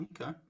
Okay